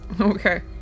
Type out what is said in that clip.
Okay